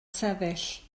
sefyll